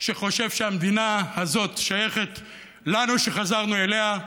שחושב שהמדינה הזאת שייכת לנו, שחזרנו אליה,